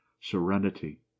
serenity